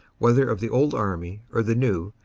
whether of the old army or the new,